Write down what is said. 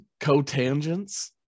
Cotangents